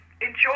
enjoy